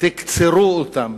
תקצרו אותם,